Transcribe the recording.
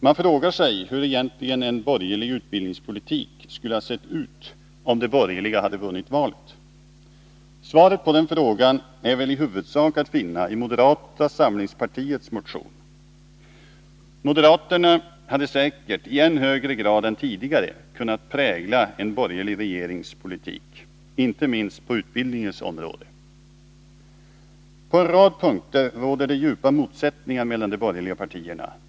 Man frågar sig hur en borgerlig utbildningspolitik egentligen skulle ha sett ut om de borgerliga hade vunnit valet. Svaret på den frågan är väl i huvudsak att finna i moderata samlingspartiets motion. Moderaterna hade säkert i än högre grad än tidigare kunnat prägla en borgerlig regerings politik — inte minst på utbildningens område. På en rad punkter råder det djupa motsättningar mellan de borgerliga partierna.